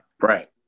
Right